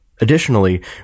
Additionally